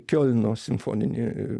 kiolno simfoninį